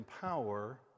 power